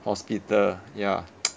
hospital ya